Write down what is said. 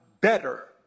better